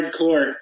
hardcore